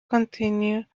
continue